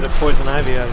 poison ivy yeah